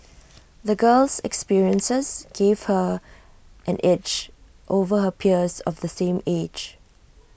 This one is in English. the girl's experiences gave her an edge over her peers of the same age